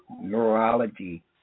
Neurology